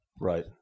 Right